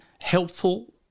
helpful